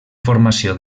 formació